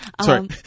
sorry